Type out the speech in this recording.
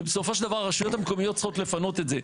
ובסופו של דבר הרשויות צריכות לפנות את זה,